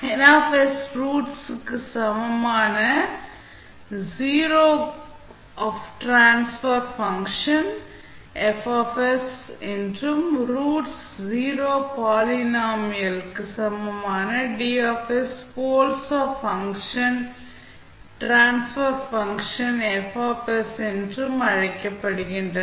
N roots க்கு சமமான 0 zeros of transfer function F என்றும் ரூட்ஸ் 0 பாலினாமியல் க்கு சமமான D poles of function transfer function F என்றும் அழைக்கப்படுகின்றன